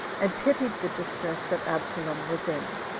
and pitied the distress that absalom was in,